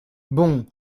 bon